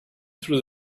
through